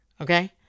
Okay